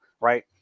Right